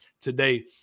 today